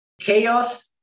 Chaos